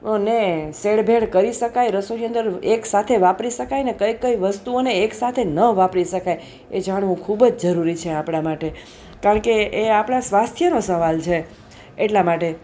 ને સેળભેળ કરી શકાય રસોઈની અંદર એકસાથે વાપરી શકાયને કઈ કઈ વસ્તુઓને એક સાથે ન વાપરી શકાય એ જાણવું ખૂબ જ જરૂરી છે આપણા માટે કારણ કે એ આપણા સ્વાસ્થ્યનો સવાલ છે એટલા માટે